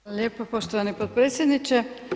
Hvala lijepo poštovani potpredsjedniče.